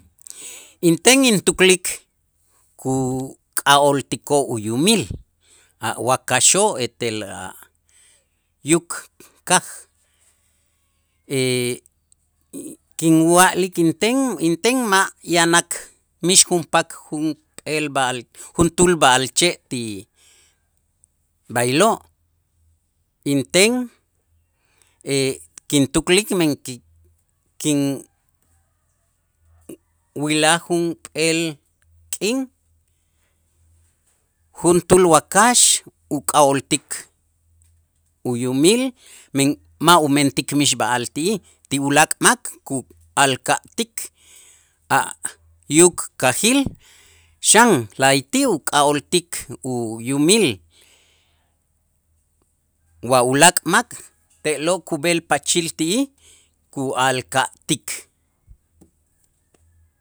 Inten intuklik kuk'a'oltikoo' uyumil a' wakaxoo' etel a' yuk kaj kinwa'lik inten inten ma' ya nak mix junpak junp'eel b'a'al juntuul b'a'alche' ti b'aylo', inten kintuklik men ki- kin wila' junp'eel k'in juntuul wakax uk'a'oltik uyumil men ma' umentik men b'a'ax ti'ij ti ulaak' mak ku'alka'tik a' yuk kajil xan la'ayti' uk'a'ooltik uyumil wa ulaak' mak te'lo' kub'el pachil ti'ij ku'alka'tik.